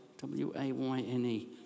W-A-Y-N-E